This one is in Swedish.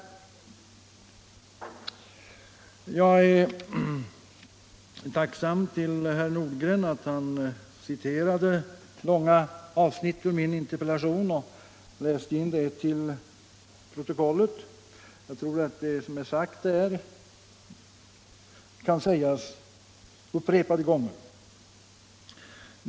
Jag är tacksam mot herr Nordgren för att han ur min interpellation läste in långa avsnitt till protokollet. Jag tror att det som är sagt i den kan sägas upprepade gånger.